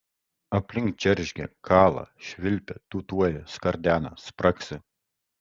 aplink džeržgia kala švilpia tūtuoja skardena spragsi